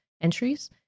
entries